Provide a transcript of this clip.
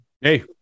Hey